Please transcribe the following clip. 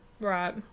Right